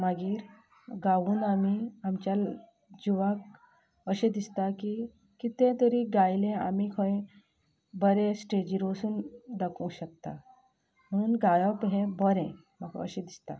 मागीर गावून आमी आमच्या जिवाक अशें दिसता की कितें तरी गायलें आमी खंय बरें स्टेजीर वचून दाखोवंक शकता म्हुणून गायप हें बरें म्हाका अशें दिसता